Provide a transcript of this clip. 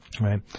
Right